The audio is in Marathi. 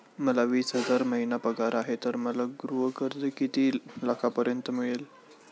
मला वीस हजार महिना पगार आहे तर मला गृह कर्ज किती लाखांपर्यंत मिळेल?